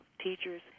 teachers